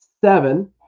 seven